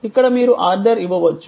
ఇక్కడ మీరు ఆర్డర్ ఇవ్వవచ్చు